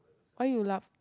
why you laugh